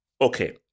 okay